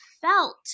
felt